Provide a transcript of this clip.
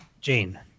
Jane